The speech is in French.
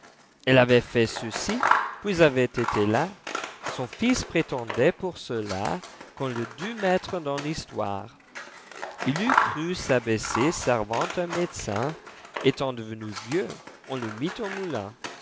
elle avait fait ceci puis avait été la son fils prétendait pour cela qu'onle dût mettre dans l'histoire il eût cru s'abaisser servant un médecin etant devenu vii'ux on le mit au moulin